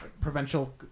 provincial